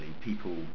people